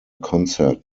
concert